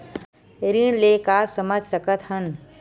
ऋण ले का समझ सकत हन?